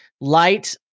light